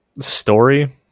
Story